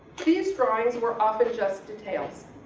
these drawings were often just details.